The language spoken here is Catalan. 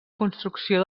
construcció